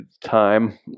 time